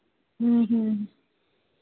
ਹਮ ਹਮ